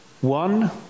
One